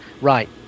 right